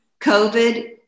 COVID